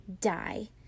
die